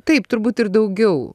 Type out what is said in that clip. taip turbūt ir daugiau